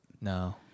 No